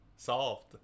Solved